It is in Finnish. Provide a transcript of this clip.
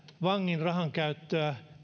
vangin rahankäyttöä